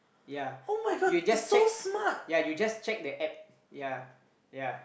yea you just check yea you just cheek the App yea yea